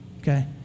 okay